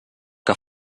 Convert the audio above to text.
que